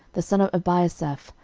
the son of ebiasaph,